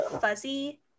fuzzy